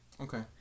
Okay